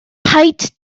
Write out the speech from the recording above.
paid